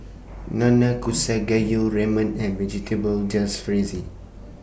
Nanakusa Gayu Ramen and Vegetable Jalfrezi